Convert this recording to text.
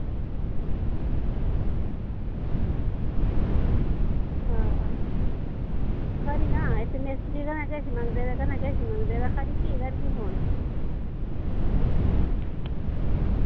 खरी तां इत्त मिस्त्री कदें किश मंगदे कदें किश मंगदे एह् भी करगी फोन